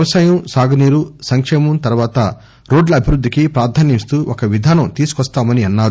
వ్యవసాయం సాగునీరు సంకేమం తర్పాత రోడ్ల అభివృద్దికి ప్రాధాన్యం యిస్తూ ఒక విధానం తీసుకొస్తామని అన్నారు